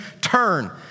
turn